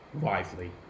Wisely